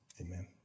Amen